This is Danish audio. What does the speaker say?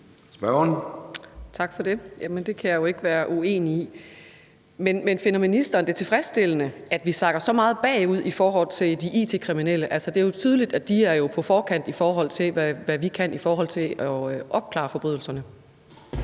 (DD): Tak for det. Det kan jeg jo ikke være uenig i. Men finder ministeren det tilfredsstillende, at vi sakker så meget bagud i forhold til de it-kriminelle? Det er jo tydeligt, at de er på forkant, i forhold til hvad vi kan i forhold til at opklare forbrydelserne.